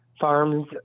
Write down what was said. farms